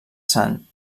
sant